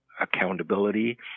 accountability